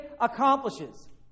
accomplishes